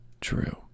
true